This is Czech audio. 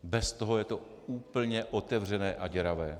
Bez toho je to úplně otevřené a děravé.